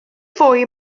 fwy